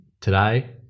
Today